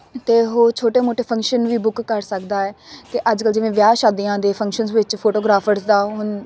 ਤਾਂ ਉਹ ਛੋਟੇ ਮੋਟੇ ਫੰਕਸ਼ਨ ਵੀ ਬੁੱਕ ਕਰ ਸਕਦਾ ਹੈ ਅਤੇ ਅੱਜ ਕੱਲ੍ਹ ਜਿਵੇਂ ਵਿਆਹ ਸ਼ਾਦੀਆਂ ਦੇ ਫੰਕਸ਼ਨਸ ਵਿੱਚ ਫੋਟੋਗ੍ਰਾਫਰਸ ਦਾ ਹੁਣ